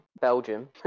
Belgium